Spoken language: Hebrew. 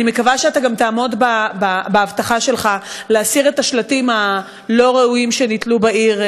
אני גם מקווה שתעמוד בהבטחה שלך להסיר את השלטים הלא-ראויים שנתלו בעיר,